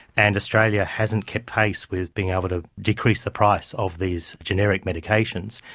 and australia hasn't kept pace with being able to decrease the price of these generic medications.